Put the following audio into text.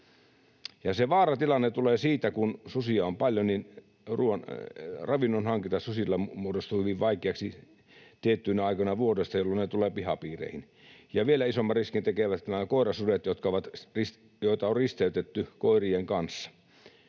vaaratilanne tulee siitä, että kun susia on paljon, niin ruoan, ravinnon hankinta susilla muodostuu hyvin vaikeaksi tiettyinä aikoina vuodesta, jolloin ne tulevat pihapiireihin. Ja vielä isomman riskin tekevät nämä koirasudet, joita on risteytetty koirien kanssa.